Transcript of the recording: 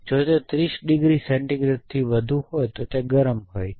જો તે 30 ડિગ્રી સેન્ટિગ્રેડથી વધુ હોય તો તે ગરમ હોય છે